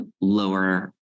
lower